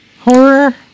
Horror